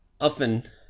often